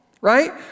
Right